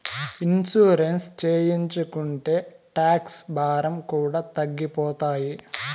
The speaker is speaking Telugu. ఇన్సూరెన్స్ చేయించుకుంటే టాక్స్ భారం కూడా తగ్గిపోతాయి